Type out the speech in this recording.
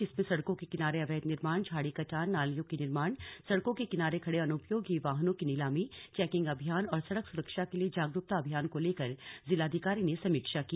जिसमें सड़कों के किनारे अवैध निर्माण झाड़ी कटान नालियों के निर्माण सड़कों के किनारे खड़े अनुपयोगी वाहनों की नीलामी चेकिंग अभियान और सड़क सुरक्षा के लिए जागरूकता अभियान को लेकर जिलाधिकारी ने समीक्षा की